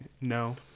No